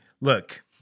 Look